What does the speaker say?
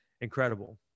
incredible